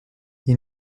ils